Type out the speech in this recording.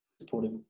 supportive